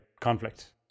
conflict